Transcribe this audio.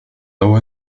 low